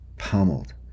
Pummeled